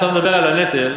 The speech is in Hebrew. אתה מדבר על הנטל,